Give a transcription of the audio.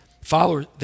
followers